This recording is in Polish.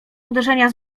uderzenia